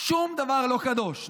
שום דבר לא קדוש.